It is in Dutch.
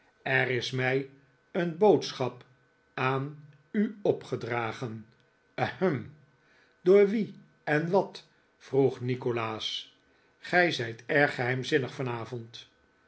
er is mij een boodschap aan u opgedragen ehem door wien en wat vroeg nikolaas gij zijt erg geheimzinnig vanavond